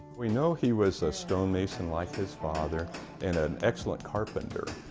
we know he was a stonemason like his father and an excellent carpenter.